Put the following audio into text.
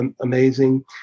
amazing